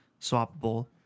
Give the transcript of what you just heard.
swappable